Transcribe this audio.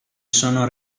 sono